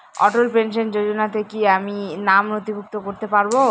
অটল pension যোজনাতে কি আমি নাম নথিভুক্ত করতে পারবো?